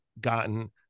gotten